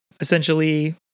essentially